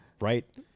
right